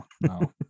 no